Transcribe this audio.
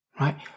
right